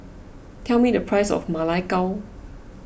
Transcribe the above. tell me the price of Ma Lai Gao